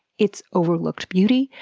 it's overlooked beauty.